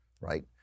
right